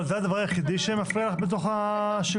אבל זה הדבר היחידי שמפריע לך בתוך השינוי?